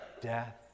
Death